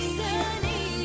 sunny